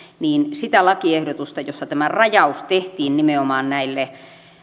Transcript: niin sitä lakiehdotusta jossa tämä rajaus tehtiin nimenomaan näille